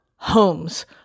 Homes